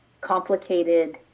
complicated